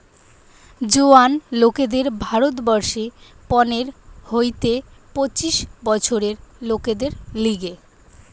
জোয়ান লোকদের ভারত বর্ষে পনের হইতে পঁচিশ বছরের লোকদের লিগে